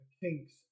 Kinks